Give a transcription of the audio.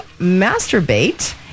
masturbate